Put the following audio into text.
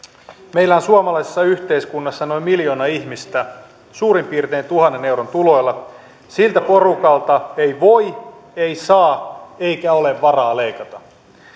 meillä on suomalaisessa yhteiskunnassa noin miljoona ihmistä suurin piirtein tuhannen euron tuloilla siltä porukalta ei voi ei saa eikä ole varaa leikata